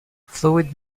fluid